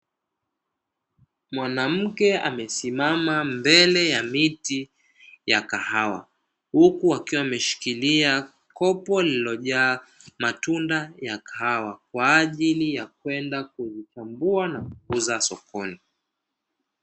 Mwanamke amesimama mbele ya miti ya kahawa, huku akiwa ameshikilia kopo liliojaa matunda ya kahawa kwa ajili ya kwenda kubengua na kupeleka sokoni.